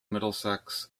middlesex